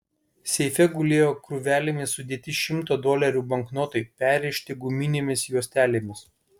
seife gulėjo krūvelėmis sudėti šimto dolerių banknotai perrišti guminėmis juostelėmis